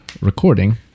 recording